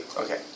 Okay